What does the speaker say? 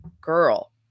Girl